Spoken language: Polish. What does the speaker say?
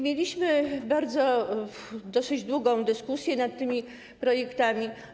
Mieliśmy dosyć długą dyskusję nad tymi projektami.